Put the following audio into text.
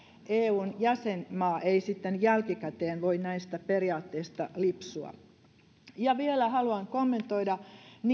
eun jäsenmaa ei sitten jälkikäteen voi näistä periaatteista lipsua vielä haluan kommentoida